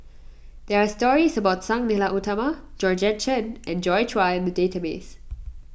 there are stories about Sang Nila Utama Georgette Chen and Joi Chua in the database